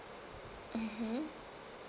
mmhmm